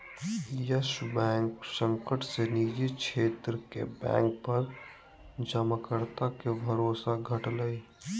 yes Bank संकट से निजी क्षेत्र के बैंक पर जमाकर्ता के भरोसा घटलय